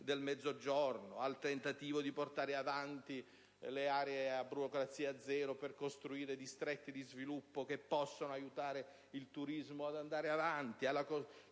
del Mezzogiorno, al tentativo di portare avanti le zone a burocrazia zero per costruire distretti di sviluppo che possano aiutare il turismo ad andare avanti, al tentativo